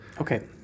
Okay